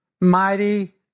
Mighty